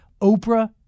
Oprah